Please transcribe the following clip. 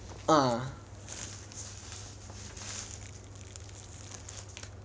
ah